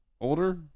older